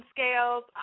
Scales